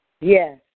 Yes